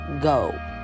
go